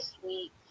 sweet